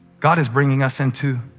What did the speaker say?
god is bringing us into